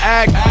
act